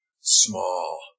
small